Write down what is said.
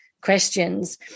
questions